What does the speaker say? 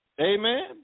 Amen